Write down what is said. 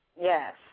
Yes